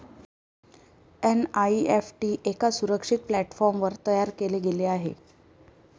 NEFT एका सुरक्षित प्लॅटफॉर्मवर तयार केले गेले आहे